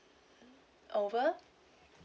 over